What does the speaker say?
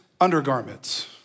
undergarments